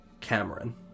cameron